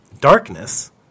darkness